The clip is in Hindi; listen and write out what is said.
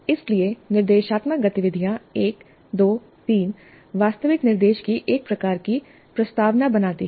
इसलिए निर्देशात्मक गतिविधियाँ 1 2 3 वास्तविक निर्देश की एक प्रकार की प्रस्तावना बनाती हैं